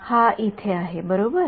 हा येथे आहे बरोबर